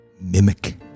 Mimic